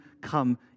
come